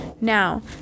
Now